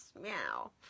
meow